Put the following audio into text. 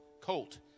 colt